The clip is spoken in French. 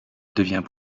devient